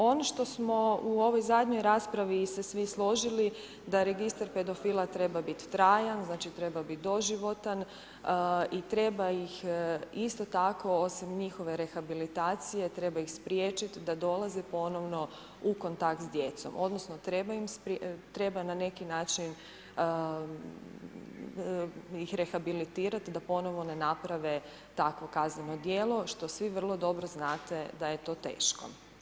Ono što smo u ovoj zadnjoj raspravi se svi složili da registar pedofila treba biti trajan, treba biti doživotan i treba ih isto tako, osim njihove rehabilitacije, treba ih spriječit da dolaze ponovno u kontakt s djecom, odnosno treba na neki način ih rehabilitirat da ponovo ne naprave takvo kazneno djelo, što svi vrlo dobro znate da je to teško.